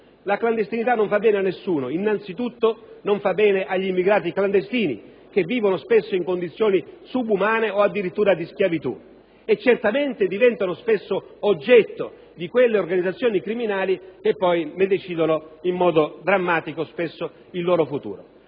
la clandestinità, che non fa bene a nessuno; innanzitutto non fa bene agli immigrati clandestini, che vivono spesso in condizioni subumane o addirittura di schiavitù e che possono diventare oggetto di quelle organizzazioni criminali che poi ne decidono, in modo drammatico, il loro futuro.